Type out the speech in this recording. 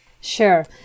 Sure